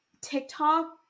TikTok